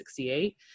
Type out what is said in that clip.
1968